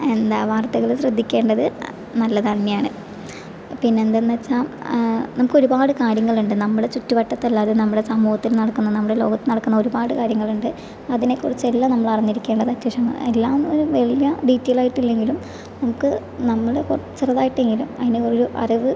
എന്താ വാർത്തകൾ ശ്രദ്ധിക്കേണ്ടത് നല്ലത് തന്നെയാണ് പിന്നെന്തെന്ന് വെച്ചാൽ നമുക്കൊരുപാട് കാര്യങ്ങളുണ്ട് നമ്മളുടെ ചുറ്റുവട്ടത്തല്ലാതെ നമ്മടെ സമൂഹത്തിൽ നടക്കുന്ന നമ്മുടെ ലോകത്ത് നടക്കുന്ന ഒരുപാട് കാര്യങ്ങളുണ്ട് അതിനെ കുറിച്ചെല്ലാം നമ്മൾ അറിഞ്ഞിരിക്കേണ്ടത് അത്യാവശ്യ എല്ലാ വല്യ ഡീറ്റൈൽ ആയിട്ടില്ലെങ്കിലും നമുക്ക് നമ്മൾ ചെറുതായിട്ടെങ്കിലും അതിനൊരു അറിവ്